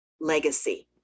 legacy